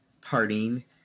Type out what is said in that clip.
parting